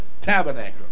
tabernacle